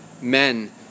men